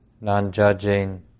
non-judging